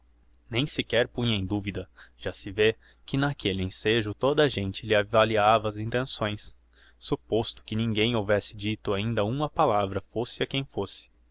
nem sequer punha em duvida já se vê que n'aquelle ensejo toda a gente lhe avaliava as intenções supposto que ninguem houvesse dito ainda uma palavra fosse a quem fosse